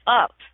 up